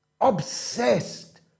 obsessed